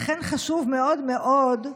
לכן חשוב מאוד מאוד,